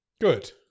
Good